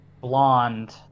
blonde